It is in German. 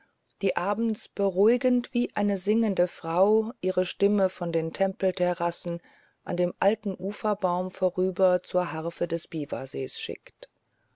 die abends beruhigend wie eine singende frau ihre stimme von den tempelterrassen an dem alten uferbaum vorüber zur harfe des biwasees schickt